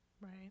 Right